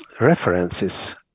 references